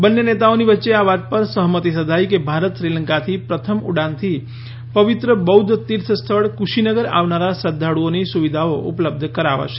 બંને નેતાઓની વચ્ચે આ વાત પર સહમતી સધાઇ કે ભારત શ્રીલંકાથી પ્રથમ ઉડાનથી પવિત્ર બૌદ્ધ તીર્થસ્થળ કુશીનગર આવનારા શ્રદ્ધાળુઓની સુવિધાઓ ઉપલબ્ધ કરાવાશે